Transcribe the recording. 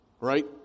right